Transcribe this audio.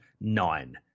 nine